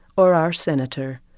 or our senator?